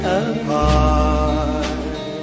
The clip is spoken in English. apart